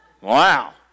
Wow